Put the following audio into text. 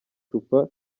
cupa